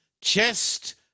chest